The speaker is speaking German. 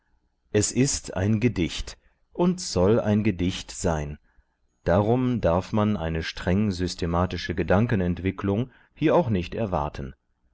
es ist ein gedicht und soll ein gedicht sein darum darf man eine streng systematische gedankenentwicklung hier auch nicht erwarten